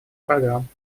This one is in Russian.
программ